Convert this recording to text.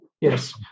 Yes